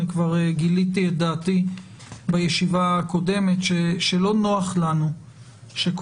אני כבר גיליתי את דעתי בישיבה הקודמת שלא נוח לנו שכל